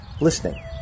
listening